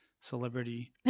celebrity